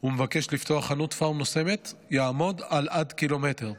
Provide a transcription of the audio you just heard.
הוא מבקש לפתוח חנות פארם נוספת יעמוד על עד קילומטר,